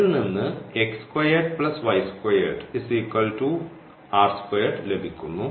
അതിൽനിന്ന് ലഭിക്കുന്നു